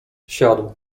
siadł